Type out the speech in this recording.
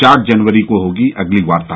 चार जनवरी को होगी अगली वार्ता